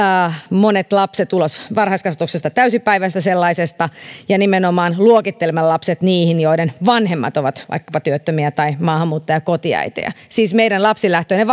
monet lapset ulos varhaiskasvatuksesta täysipäiväisestä sellaisesta ja nimenomaan luokittelemalla lapset niihin joiden vanhemmat ovat vaikkapa työttömiä tai maahanmuuttajakotiäitejä siis meidän lapsilähtöinen